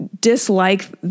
dislike